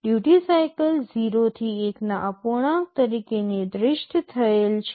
duty cycle 0 થી 1 ના અપૂર્ણાંક તરીકે નિર્દિષ્ટ થયેલ છે